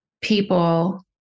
people